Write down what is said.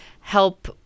help